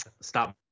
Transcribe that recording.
Stop